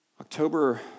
October